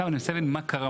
אני מנסה להבין מה קרה,